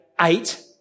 eight